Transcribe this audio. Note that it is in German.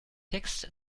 text